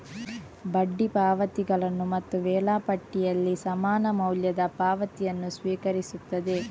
ಬಡ್ಡಿ ಪಾವತಿಗಳನ್ನು ಮತ್ತು ವೇಳಾಪಟ್ಟಿಯಲ್ಲಿ ಸಮಾನ ಮೌಲ್ಯದ ಪಾವತಿಯನ್ನು ಸ್ವೀಕರಿಸುತ್ತದೆ